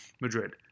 Madrid